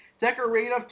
decorative